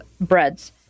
breads